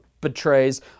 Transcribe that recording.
betrays